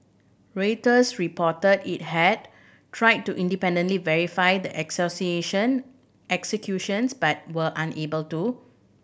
Reuters reported it had tried to independently verify the accusations but were unable to